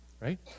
right